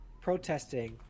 protesting